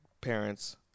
parents